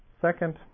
Second